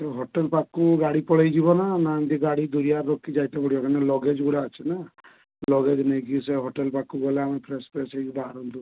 ସେ ହୋଟେଲ୍ ପାଖକୁ ଗାଡ଼ି ପଳେଇଯିବ ନା ଏମିତି ଗାଡ଼ି ଦୁରିଆର ରଖିକି ଯାଇତେ ପଡ଼ିବ କାହିଁକି ନା ଲଗେଜ୍ ଗୁଡ଼ା ଅଛି ନା ଲଗେଜ୍ ନେଇକି ସେ ହୋଟେଲ୍ ପାଖକୁ ଗଲେ ଆମେ ଫ୍ରେଶ୍ପ୍ରେଶ୍ ହେଇକି ବାହାରନ୍ତୁ